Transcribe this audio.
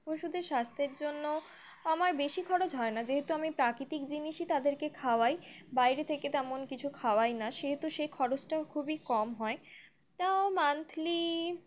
পশুদের স্বাস্থ্যের জন্য আমার বেশি খরচ হয় না যেহেতু আমি প্রাকৃতিক জিনিসই তাদেরকে খাওয়াই বাইরে থেকে তেমন কিছু খাওয়াই না সেহেতু সেই খরচটা খুবই কম হয় তাও মান্থলি